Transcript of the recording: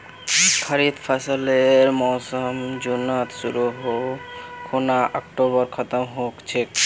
खरीफ फसलेर मोसम जुनत शुरु है खूना अक्टूबरत खत्म ह छेक